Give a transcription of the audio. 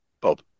Bob